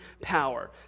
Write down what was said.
power